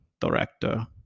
director